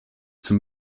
zum